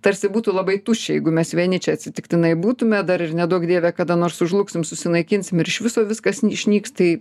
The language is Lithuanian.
tarsi būtų labai tuščia jeigu mes vieni čia atsitiktinai būtume dar ir neduok dieve kada nors sužlugs susinaikinsim iš viso viskas išnyks tai